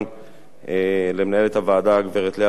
למנהלת הוועדה הגברת לאה ורון וליועצת